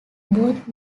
both